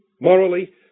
morally